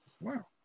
Wow